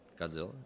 Godzilla